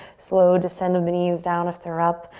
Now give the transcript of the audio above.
slow descend on the knees down if they're up,